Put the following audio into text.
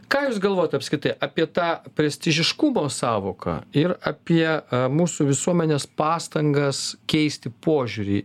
ką jūs galvojat apskritai apie tą prestižiškumo sąvoką ir apie mūsų visuomenės pastangas keisti požiūrį